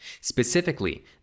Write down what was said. specifically